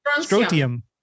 strontium